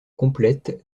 complète